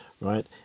Right